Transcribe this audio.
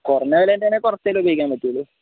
കുറഞ്ഞ വിലേൻ്റെ ആണെങ്കിൽ കുറച്ചല്ലേ ഉപയോഗിക്കാൻ പറ്റുള്ളൂ